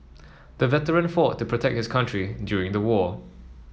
the veteran fought to protect his country during the war